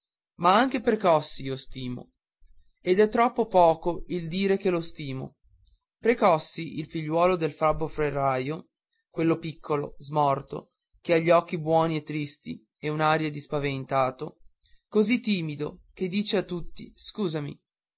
ma anche precossi io stimo ed è troppo poco il dire che lo stimo precossi il figliuolo del fabbro ferraio quello piccolo smorto che ha gli occhi buoni e tristi e un'aria di spaventato così timido che dice a tutti scusami